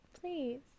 please